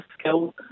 skill